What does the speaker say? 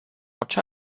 watch